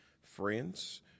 Friends